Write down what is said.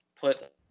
put